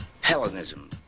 Hellenism